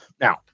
now